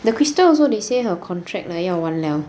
the crystal also say like her contract 要完了